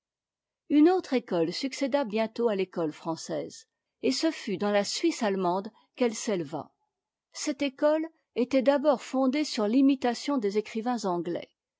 thie autre école s'accéda bientôt à l'école française et ce fut dans la suisse allemande qu'elle s'éleva cette école était d'abord fondée sur limitation des écrivains anglais